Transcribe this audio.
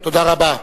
תודה רבה.